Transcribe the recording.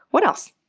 what else?